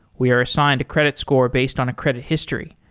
we are assigned a credit score based on a credit history,